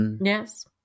Yes